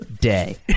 day